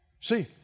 See